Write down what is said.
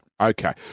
Okay